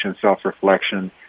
self-reflection